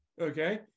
okay